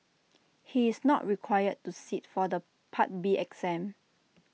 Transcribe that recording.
he is not required to sit for the part B exam